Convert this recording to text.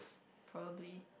probably